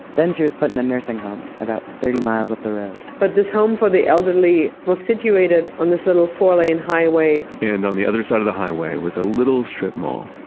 then she was put in a nursing home about thirty miles up the road. but this home for the elderly was situated on this little four lane highway. and on the other side of the highway was a little strip mall,